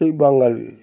এই বাঙালি